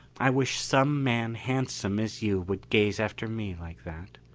i wish some man handsome as you would gaze after me like that.